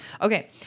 Okay